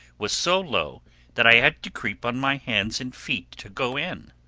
was so low that i had to creep on my hands and feet to go in.